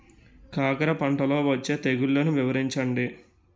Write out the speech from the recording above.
కాకర పంటలో వచ్చే తెగుళ్లను వివరించండి?